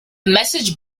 message